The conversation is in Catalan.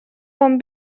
bon